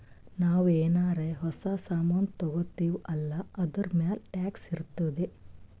ನಾವು ಏನಾರೇ ಹೊಸ ಸಾಮಾನ್ ತಗೊತ್ತಿವ್ ಅಲ್ಲಾ ಅದೂರ್ಮ್ಯಾಲ್ ಟ್ಯಾಕ್ಸ್ ಇರ್ತುದೆ